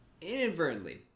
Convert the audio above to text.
inadvertently